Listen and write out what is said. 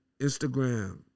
Instagram